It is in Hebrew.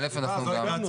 איפה?